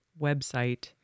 website